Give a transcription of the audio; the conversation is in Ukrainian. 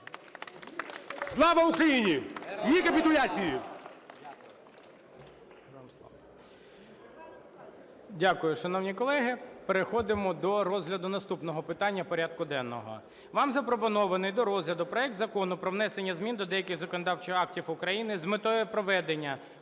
Слава Україні! Ні – капітуляції!